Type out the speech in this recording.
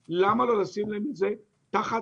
למה לא לשים להם את זה תחתם?